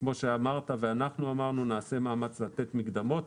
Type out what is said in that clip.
כמו שאמרת ואנחנו אמרנו, נעשה מאמץ לתת מקדמות.